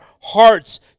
hearts